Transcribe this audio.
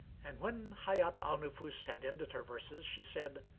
and when hayat al-nufus had ended her verses, she said,